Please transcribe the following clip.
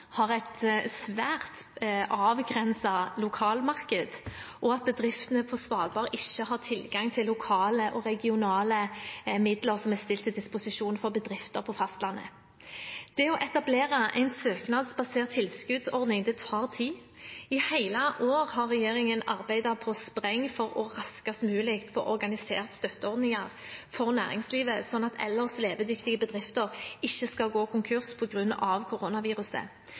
har et svært avgrenset lokalmarked, og at bedriftene på Svalbard ikke har tilgang til lokale og regionale midler som er stilt til disposisjon for bedrifter på fastlandet. Det å etablere en søknadsbasert tilskuddsordning tar tid. I hele år har regjeringen arbeidet på spreng for raskest mulig å få organisert støtteordninger for næringslivet, slik at ellers levedyktige bedrifter ikke skal gå konkurs på grunn av koronaviruset.